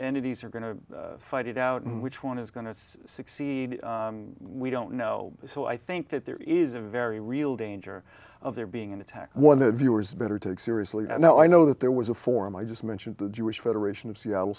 entities are going to fight it out and which one is going to succeed we don't know so i think that there is a very real danger of there being an attack one that viewers better to it seriously and now i know that there was a forum i just mentioned the jewish federation of seattle